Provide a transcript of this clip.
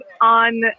on